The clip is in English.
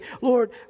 Lord